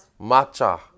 Matcha